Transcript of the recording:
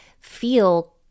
feel